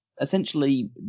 essentially